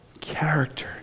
character